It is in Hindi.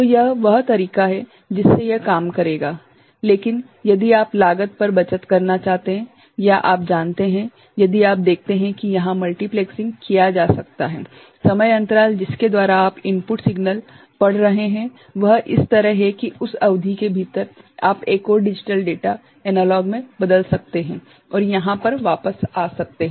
तो यह वह तरीका है जिससे यह काम करेगा लेकिन यदि आप लागत पर बचत करना चाहते हैं या आप जानते हैं यदि आप देखते हैं कि यहाँ मल्टीप्लेक्सिंग किया जा सकता है समय अंतराल जिसके द्वारा आप इनपुट सिग्नल पढ़ रहे हैं वह इस तरह है कि उस अवधि के भीतर आप एक और डिजिटल डेटा को एनालॉग में बदल सकते हैं और यहाँ पर वापस आ सकते हैं